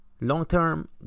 long-term